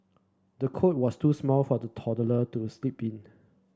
the cot was too small for the toddler to sleep in